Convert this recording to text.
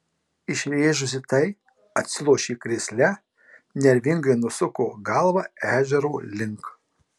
išrėžusi tai atsilošė krėsle nervingai nusuko galvą ežero link